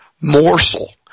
morsel